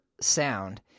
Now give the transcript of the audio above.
sound